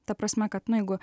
ta prasme kad na jeigu